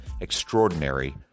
extraordinary